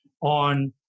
on